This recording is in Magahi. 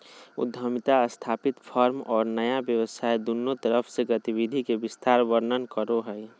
उद्यमिता स्थापित फर्म और नया व्यवसाय दुन्नु तरफ से गतिविधि के विस्तार वर्णन करो हइ